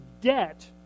debt